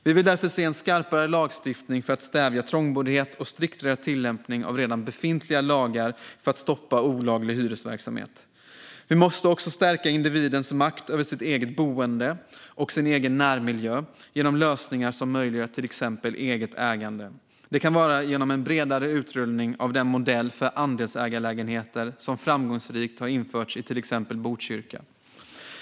Vi vill därför se en skarpare lagstiftning för att stävja trångboddhet och striktare tillämpning av redan befintliga lagar för att stoppa olaglig hyresverksamhet. Vi måste också stärka individens makt över sitt eget boende och sin egen närmiljö genom lösningar som möjliggör till exempel eget ägande. Det kan ske genom en bredare utrullning av den modell för andelsägarlägenheter som framgångsrikt har införts i till exempel Botkyrka.